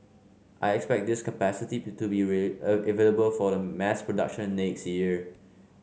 I expect this capacity to be available for the mass production next year